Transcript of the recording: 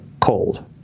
cold